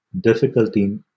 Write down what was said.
difficulty